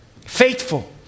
Faithful